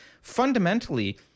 fundamentally –